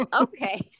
Okay